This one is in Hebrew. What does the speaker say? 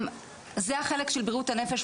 זה החלק של בריאות הנפש,